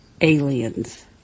aliens